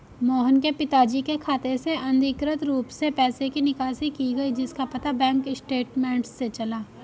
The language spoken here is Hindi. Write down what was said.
मोहन के पिताजी के खाते से अनधिकृत रूप से पैसे की निकासी की गई जिसका पता बैंक स्टेटमेंट्स से चला